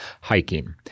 hiking